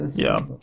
yeah.